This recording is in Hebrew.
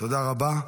תודה רבה.